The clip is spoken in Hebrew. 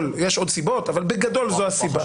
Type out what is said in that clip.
יש עוד סיבות אבל בגדול זו הסיבה.